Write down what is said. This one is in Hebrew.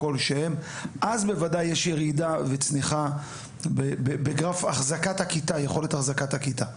אז בוודאי יש ירידה וצניחה ביכולת החזקת הכיתה.